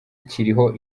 kiriho